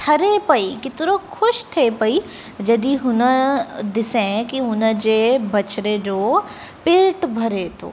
ठरे पेई केतिरो ख़ुशि थिए पेई जॾहिं हुन ॾिसें कि हुनजे बछड़े जो पेट भरे थो